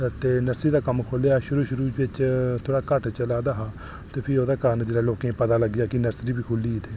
ते नर्सरी दा कम्म खोह्ल्लेआ ते शुरू शुरू च थोह्ड़ा घट्ट चला दा हा भी ओह्दे कारण जेल्लै लोकें गी पता चलेआ की नर्सरी बी खुह्ल्ली इत्थै